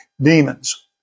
demons